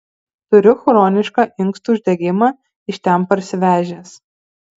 turiu chronišką inkstų uždegimą iš ten parsivežęs